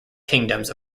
kingdoms